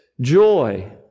joy